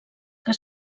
que